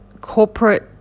corporate